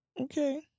Okay